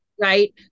Right